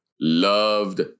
loved